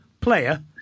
player